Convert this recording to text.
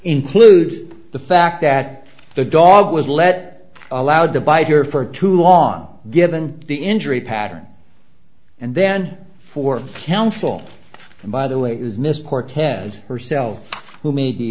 includes the fact that the dog was let allowed to bite or for too long given the injury pattern and then for counsel and by the way it was missed cortez herself who made the